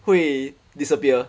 会 disappear